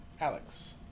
Alex